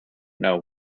know